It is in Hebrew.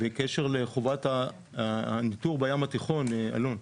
בקשר לחובת הניטור בים התיכון, אלון,